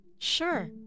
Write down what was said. sure